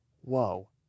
whoa